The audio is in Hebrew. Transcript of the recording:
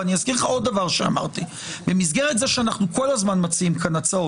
אני אזכיר לך עוד דבר שאמרתי במסגרת זה שאנחנו כל הזמן מציעים הצעות,